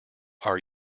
our